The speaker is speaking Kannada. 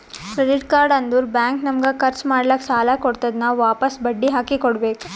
ಕ್ರೆಡಿಟ್ ಕಾರ್ಡ್ ಅಂದುರ್ ಬ್ಯಾಂಕ್ ನಮಗ ಖರ್ಚ್ ಮಾಡ್ಲಾಕ್ ಸಾಲ ಕೊಡ್ತಾದ್, ನಾವ್ ವಾಪಸ್ ಬಡ್ಡಿ ಹಾಕಿ ಕೊಡ್ಬೇಕ